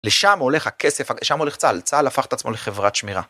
לשם הולך הכסף, לשם הולך צה"ל, צה"ל הפך את עצמו לחברת שמירה.